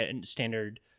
standard